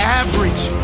average